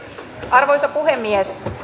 arvoisa puhemies